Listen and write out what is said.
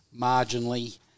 marginally